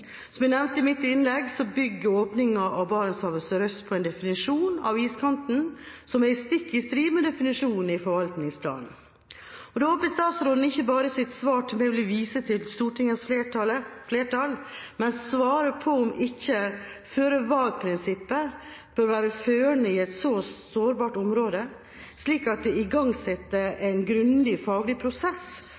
Som jeg nevnte i mitt innlegg, bygger åpningen av Barentshavet sørøst på en definisjon av iskanten som er stikk i strid med definisjonen i forvaltningsplanen. Da håper jeg at statsråden i sitt svar ikke bare vil vise til Stortingets flertall, men også vil svare på om ikke føre var-prinsippet bør være førende i et så sårbart område, slik at det igangsettes en grundig, faglig prosess